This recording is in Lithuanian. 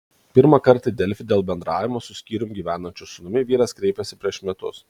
pirmą kartą į delfi dėl bendravimo su skyrium gyvenančiu sūnumi vyras kreipėsi prieš metus